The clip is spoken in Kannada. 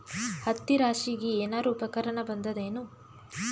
ಹತ್ತಿ ರಾಶಿಗಿ ಏನಾರು ಉಪಕರಣ ಬಂದದ ಏನು?